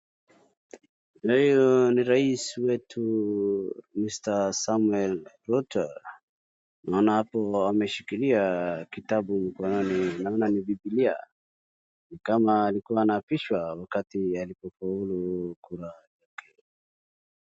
Leo ni rais wetu, Mr . Samoei Ruto. Naona hapo ameshikilia kitabu kwa mkono ni, naona ni Bibilia. Ni kama alikuwa anaapishwa wakati alipofahulu kura yake.